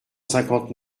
cinquante